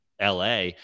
la